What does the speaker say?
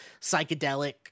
psychedelic